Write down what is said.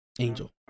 angel